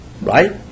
Right